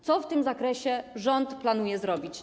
Co w tym zakresie rząd planuje zrobić?